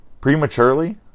Prematurely